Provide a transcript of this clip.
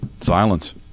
Silence